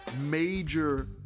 major